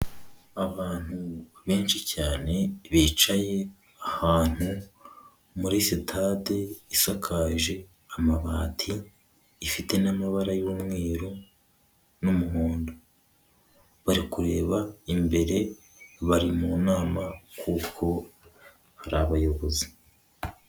Abantu benshi cyane bicaye ahantu muri sitade isakaje amabati, ifite n'amabara y'umweru n'umuhondo, bari kureba imbere bari mu nama kuko hari abayobozi.